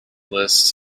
lists